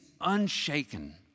unshaken